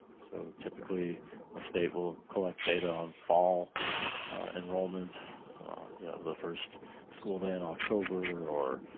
so typically the state will collect data on fall enrollments the first school day in october or